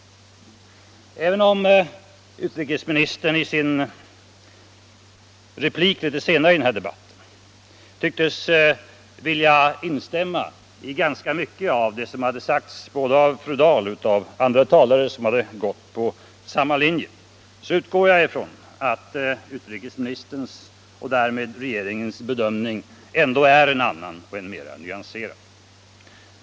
Även om utrikesministern i en senare replik i samma debatt tycktes instämma i mycket av det som sagts av både fru Dahl och andra som gick på samma linje, förutsätter jag att utrikesministerns och därmed regeringens bedömning är en annan och mera nyanserad.